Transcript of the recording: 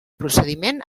procediment